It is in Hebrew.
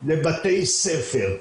לבתי ספר.